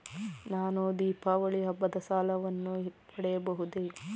ನಾನು ದೀಪಾವಳಿ ಹಬ್ಬದ ಸಾಲವನ್ನು ಪಡೆಯಬಹುದೇ?